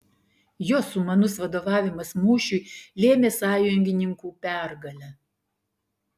jo sumanus vadovavimas mūšiui lėmė sąjungininkų pergalę